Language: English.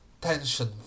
tension